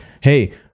hey